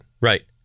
Right